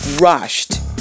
rushed